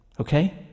Okay